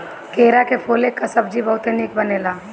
केरा के फूले कअ सब्जी बहुते निक बनेला